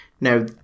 Now